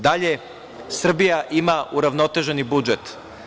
Dalje, Srbija ima uravnoteženi budžet.